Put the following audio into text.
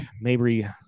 Mabry